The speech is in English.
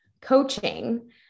coaching